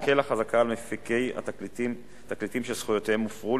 תקל החזקה על מפיקי תקליטים שזכויותיהם הופרו,